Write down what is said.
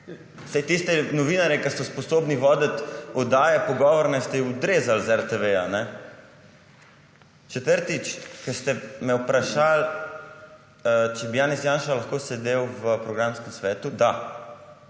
Saj tiste novinarje, ki so sposobni voditi pogovorne oddaje, ste odrezali iz RTV? Četrtič. Ko ste me vprašali, če bi Janez Janša lahko sedel v programskem svetu. Da.